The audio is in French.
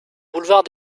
boulevard